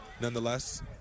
Nonetheless